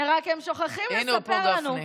רק הם שוכחים לספר לנו, הינה, הוא פה, גפני.